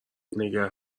نگه